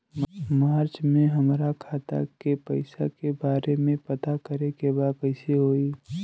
मार्च में हमरा खाता के पैसा के बारे में पता करे के बा कइसे होई?